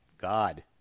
God